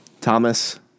Thomas